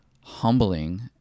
humbling